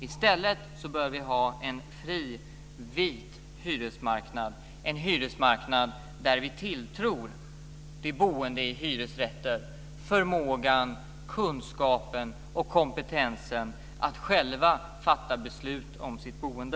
I stället bör vi ha en fri vit hyresmarknad där vi tilltror de boende i hyresrätter förmågan, kunskapen och kompetensen att själva fatta beslut om sitt boende.